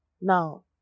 Now